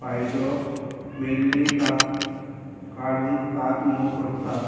फायदो मेल्ली कात काडून कात मोव करतात